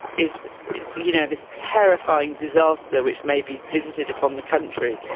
is you know, this terrifying disaster, which may be visited upon the country,